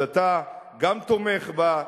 אז אתה גם תומך בה,